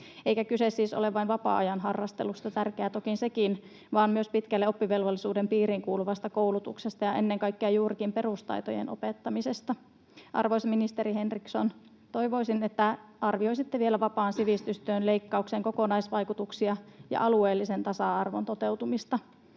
eikä kyse siis ole vain vapaa-ajan harrastelusta, tärkeää toki on sekin, vaan myös pitkälle oppivelvollisuuden piiriin kuuluvasta koulutuksesta ja ennen kaikkea juurikin perustaitojen opettamisesta. Arvoisa ministeri Henriksson, toivoisin, että arvioisitte vielä vapaan sivistystyön leikkauksen kokonaisvaikutuksia ja alueellisen tasa-arvon toteutumista.